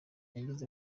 yagize